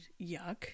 yuck